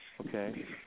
Okay